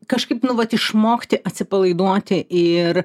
kažkaip nu vat išmokti atsipalaiduoti ir